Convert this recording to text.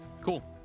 cool